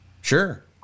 Sure